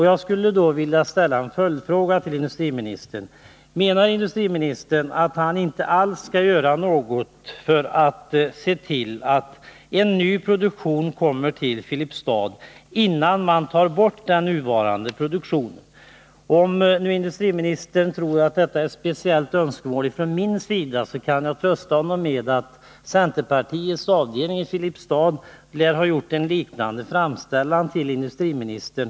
Jag skulle därför vilja ställa en följdfråga till industriministern: Menar industriministern att han inte alls skall göra något för att se till att en ny produktion kommer till Filipstad, innan man tar bort den nuvarande Om nu industriministern tror att det är ett speciellt önskemål från min sida att åtgärder skall vidtas, kan jag trösta honom med att centerpartiets avdelning i Filipstad lär ha gjort en liknande framställan till industriministern.